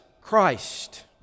Christ